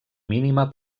mínima